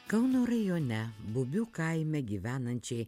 kauno rajone bubių kaime gyvenančiai